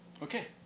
Okay